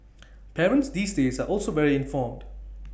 parents these days are also very informed